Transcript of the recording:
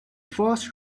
first